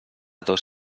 dos